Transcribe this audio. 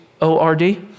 O-R-D